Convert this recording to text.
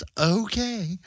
okay